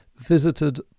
visited